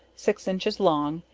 six inches long,